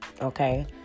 okay